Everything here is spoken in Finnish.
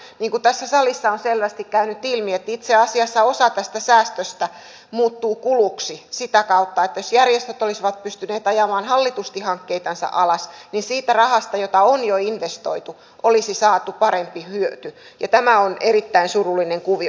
niin kuin tässä salissa on selvästi käynyt ilmi itse asiassa osa tästä säästöstä muuttuu kuluksi sitä kautta että jos järjestöt olisivat pystyneet ajamaan hallitusti hankkeitansa alas niin siitä rahasta jota on jo investoitu olisi saatu parempi hyöty ja tämä on erittäin surullinen kuvio